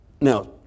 now